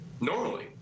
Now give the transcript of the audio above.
normally